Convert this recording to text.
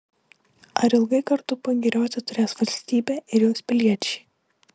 ar ilgai kartu pagirioti turės valstybė ir jos piliečiai